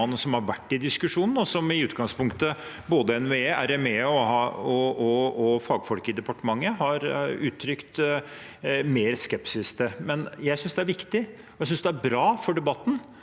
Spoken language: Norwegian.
som har vært oppe i diskusjonen, og som i utgangspunktet både NVE, RME og fagfolk i departementet har uttrykt mer skepsis til. Jeg synes det er viktig – jeg synes det er